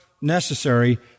necessary